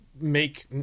make